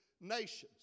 nations